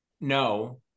no